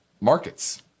markets